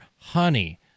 honey